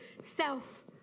self